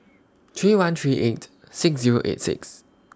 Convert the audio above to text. three one three eight six Zero eight six